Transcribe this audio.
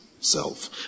self